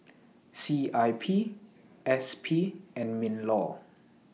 C I P S P and MINLAW